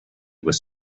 was